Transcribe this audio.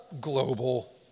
global